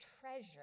treasure